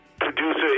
producer